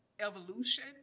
evolution